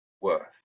worth